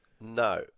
No